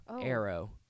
arrow